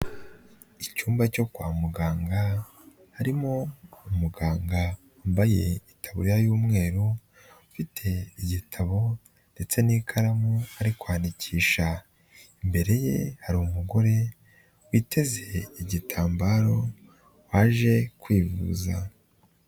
Icyumba cyo kwa muganga harimo umuganga wambaye itaburiya y'umweru, ufite igitabo ndetse n'ikaramu ari kwandikisha. Imbere ye hari umugore witeze igitambaro aje kwivuza.